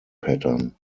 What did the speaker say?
pattern